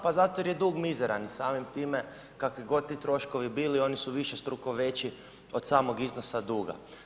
Pa zato jer je dug mizeran i samim time kakvi god ti troškovi bili oni su višestruko veći od samog iznosa duga.